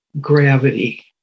gravity